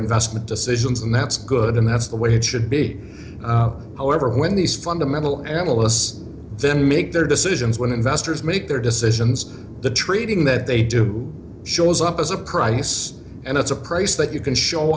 investment decisions and that's good and that's the way it should be however when these fundamental analysts then make their decisions when investors make their decisions the trading that they do shows up as a price and it's a price that you can show